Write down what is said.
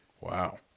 Wow